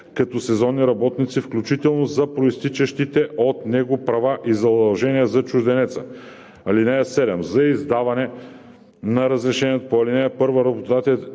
като сезонни работници, включително за произтичащите от него права и задължения за чужденеца. (7) За издаване на разрешението по ал. 1 работодателят